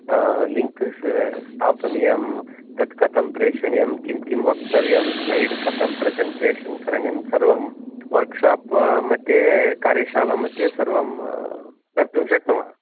links स्थापनीयं तत् कथं प्रेषणीयं किं किं वक्तव्यं स्लैड् कथं प्रसण्टेशन् करणीयं सर्वं वर्क् शाप् मध्ये कार्यशाला मध्ये सर्वं कर्तुं शक्नुम